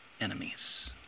enemies